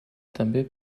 també